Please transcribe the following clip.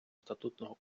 статутного